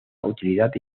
utilidad